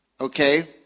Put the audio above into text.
Okay